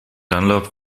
dunlop